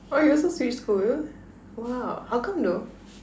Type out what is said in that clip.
oh you also switch school !wow! how come though